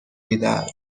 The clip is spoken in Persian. میدهد